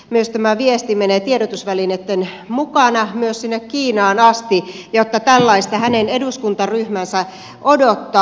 varmasti tämä viesti menee tiedotusvälineitten mukana myös sinne kiinaan asti että tällaista hänen eduskuntaryhmänsä odottaa